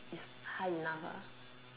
is high enough ah